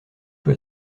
peu